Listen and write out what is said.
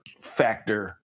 factor